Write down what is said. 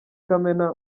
kamena